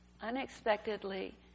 unexpectedly